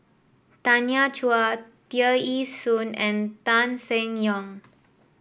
Tanya Chua Tear Ee Soon and Tan Seng Yong